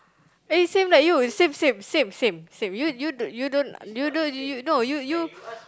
eh same like you same same same same same you you don't you don't you don't you no you you